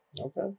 Okay